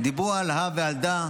דיברו על הא ועל דא,